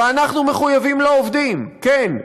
ואנחנו מחויבים לעובדים, כן,